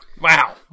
Wow